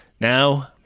now